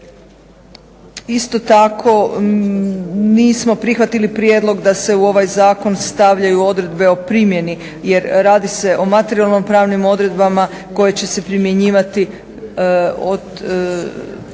Isto tako, nismo prihvatili prijedlog da se u ovaj zakon stavljaju odredbe o primjeni jer radi se o materijalno-pravnim odredbama koje će se primjenjivati od 1. siječnja